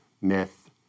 myth